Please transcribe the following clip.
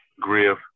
Griff